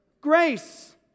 grace